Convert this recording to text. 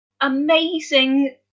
amazing